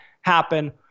happen